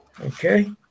Okay